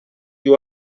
you